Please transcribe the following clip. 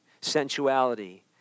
sensuality